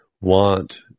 want